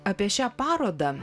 apie šią parodą